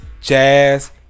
Jazz